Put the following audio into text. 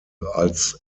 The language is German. als